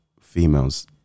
females